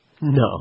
No